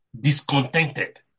discontented